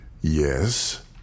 Yes